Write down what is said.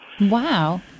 Wow